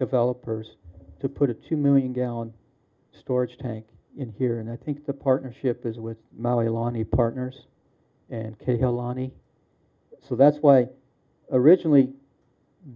developers to put a two million gallon storage tank in here and i think the partnership is with maui lonny partners and cahill lonnie so that's why originally